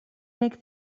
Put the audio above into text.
make